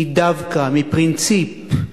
מדווקא, מפרינציפ,